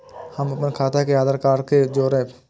हम अपन खाता के आधार कार्ड के जोरैब?